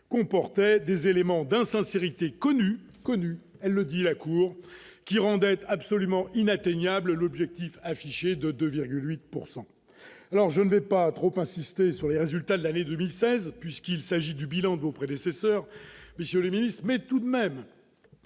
comportait des éléments d'insincérité connu connu, elle le dit la Cour qui rendait absolument inatteignables, l'objectif affiché de 2 8 pourcent alors alors je ne vais pas trop insister sur les résultats de l'année 2016 puisqu'il s'agit du bilan de vos prédécesseurs, monsieur le ministre, mais tout de même